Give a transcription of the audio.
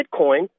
Bitcoin